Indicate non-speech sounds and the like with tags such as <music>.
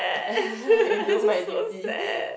<laughs> and do my duty <breath>